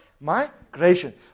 migration